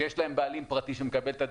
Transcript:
כשיש להם בעלים פרטי שמקבל את הדיבידנד.